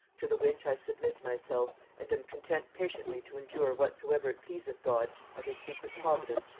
to the which i submit myself, and am content patiently to endure whatsoever it pleaseth god, of his secret providence,